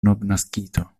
novnaskito